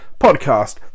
Podcast